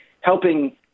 helping